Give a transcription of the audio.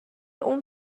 اون